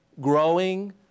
growing